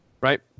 Right